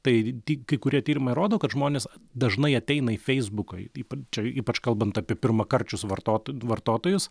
tai tik kai kurie tyrimai rodo kad žmonės dažnai ateina į feisbuką ypač ypač kalbant apie pirmakarčius vartot vartotojus